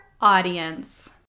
Audience